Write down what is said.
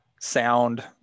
sound